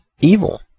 evil